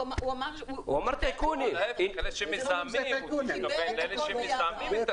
הוא התכוון לאלה שמזהמים את הטבע.